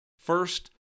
First